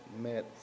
met